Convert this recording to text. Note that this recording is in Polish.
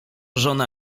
żona